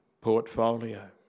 portfolio